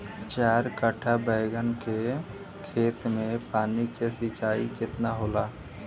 चार कट्ठा बैंगन के खेत में पानी के सिंचाई केतना होला?